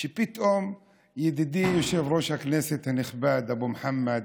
שפתאום ידידי יושב-ראש הכנסת הנכבד, אבו מוחמד